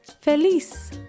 Feliz